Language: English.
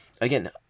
again